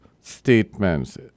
statements